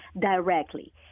directly